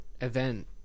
event